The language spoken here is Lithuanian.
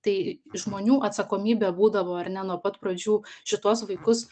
tai žmonių atsakomybė būdavo ar ne nuo pat pradžių šituos vaikus